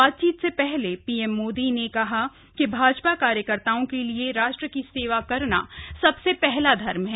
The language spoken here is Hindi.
बातचीत से पहले पीएम माद्री ने कहा कि भाजपा कार्यकर्ताओं के लिए राष्ट्र की सेवा करना सबसे पहला धर्म है